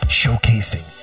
showcasing